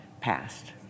passed